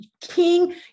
king